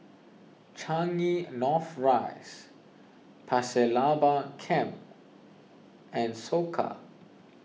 Changi North Rise Pasir Laba Camp and Soka